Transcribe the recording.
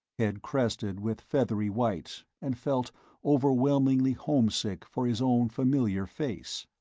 head crested with feathery white, and felt overwhelmingly homesick for his own familiar face.